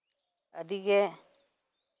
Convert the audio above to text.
ᱟᱹᱰᱤᱜᱮ